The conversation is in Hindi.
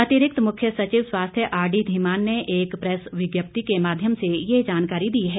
अतिरिक्त मुख्य सचिव स्वास्थ्य आरडी धीमान ने एक प्रैस विज्ञप्ति के माध्यम से ये जानकारी दी है